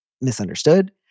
misunderstood